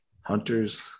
Hunters